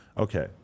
Okay